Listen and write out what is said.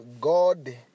God